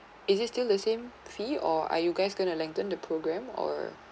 is it still the same fee or are you guys going to lengthen the programme or